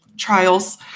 trials